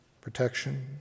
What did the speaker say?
protection